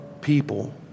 people